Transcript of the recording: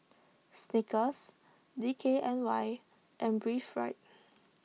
Snickers D K N Y and Breathe Right